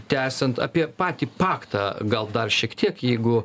tęsiant apie patį paktą gal dar šiek tiek jeigu